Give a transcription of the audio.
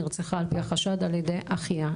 נרצחה על פי החשד על ידי אחיה.